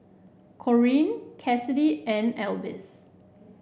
Corrine Kassidy and Alvis